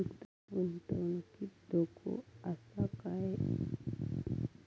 गुंतवणुकीत धोको आसा काय?